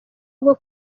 bwo